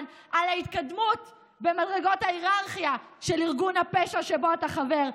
על ההתקדמות במדרגות ההיררכיה של ארגון הפשע שבו אתה חבר,